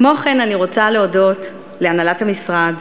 כמו כן אני רוצה להודות להנהלת המשרד,